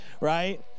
right